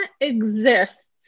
exists